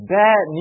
bad